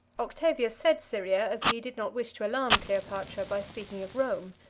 octavius said syria, as he did not wish to alarm cleopatra by speaking of rome.